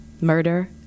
Murder